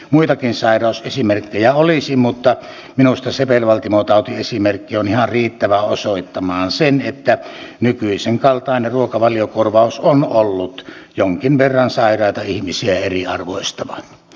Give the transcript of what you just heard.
muitakin sairausesimerkkejä olisi mutta minusta sepelvaltimotautiesimerkki on ihan riittävä osoittamaan sen että nykyisenkaltainen ruokavaliokorvaus on ollut jonkin verran sairaita ihmisiä eriarvoistava